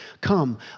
Come